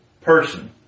person